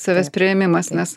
savęs priėmimas nes